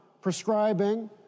prescribing